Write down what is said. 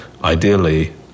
Ideally